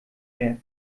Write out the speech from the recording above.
mehr